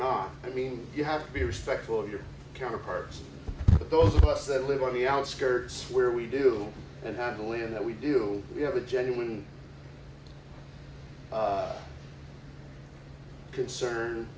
not i mean you have to be respectful of your counterparts but those of us that live on the outskirts where we do and have to live that we do we have a genuine concern